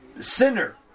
sinner